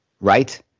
right